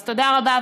אז תודה רבה,